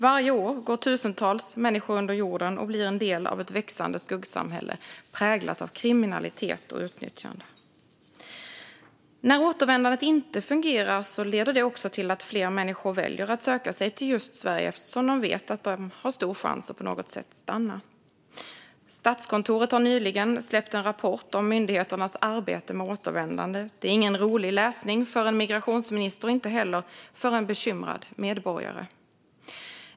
Varje år går tusentals människor under jorden och blir en del av ett växande skuggsamhälle präglat av kriminalitet och utnyttjande. När återvändandet inte fungerar leder det också till att fler väljer att söka sig till just Sverige eftersom de vet att de har stor chans att på något sätt stanna. Statskontoret har nyligen släppt en rapport om myndigheternas arbete med återvändande. Det är ingen rolig läsning för en migrationsminister och inte heller för en bekymrad medborgare.